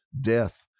death